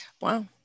Wow